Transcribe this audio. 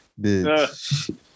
bitch